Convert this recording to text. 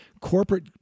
corporate